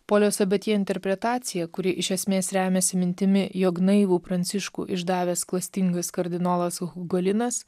polio sabatje interpretacija kuri iš esmės remiasi mintimi jog naivų pranciškų išdavęs klastingas kardinolas hugalinas